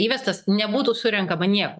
įvestas nebūtų surenkama nieko